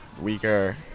weaker